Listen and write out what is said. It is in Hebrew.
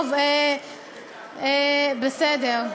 טוב, בסדר.